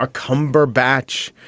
ah cumberbatch.